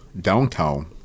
downtown